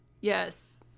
Yes